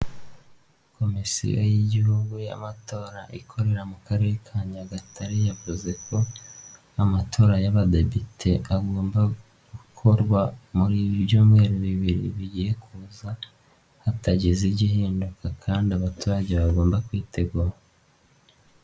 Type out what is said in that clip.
Komisiyo y'Igihugu y'Amatora ikorera mu Karere ka Nyagatare yavuze ko amatora y'abadepite agomba gukorwa muri ibi byumweru bibiri bigiye kuza, hatagize igihinduka, kandi abaturage bagomba kwitegura.